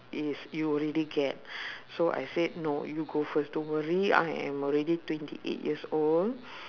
is you already get so I said no you go first don't worry I am already twenty eight years old